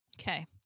Okay